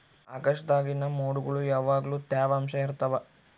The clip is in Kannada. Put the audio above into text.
ಆಕಾಶ್ದಾಗಿನ ಮೊಡ್ಗುಳು ಯಾವಗ್ಲು ತ್ಯವಾಂಶ ಇರ್ತವ